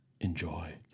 Enjoy